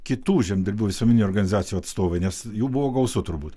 kitų žemdirbių visuomeninių organizacijų atstovai nes jų buvo gausu turbūt